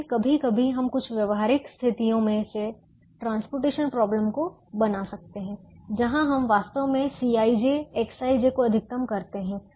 लेकिन कभी कभी हम कुछ व्यावहारिक स्थितियों में से ट्रांसपोर्टेशन प्रॉब्लम को बना सकते हैं जहां हम वास्तव में Cij Xij को अधिकतम करते हैं